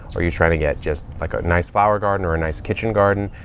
are you trying to get just like a nice flower garden or a nice kitchen garden?